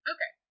Okay